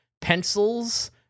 pencils